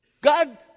God